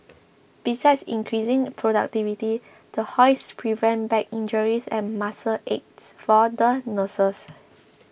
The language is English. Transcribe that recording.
besides increasing productivity the hoists prevent back injuries and muscle aches for the nurses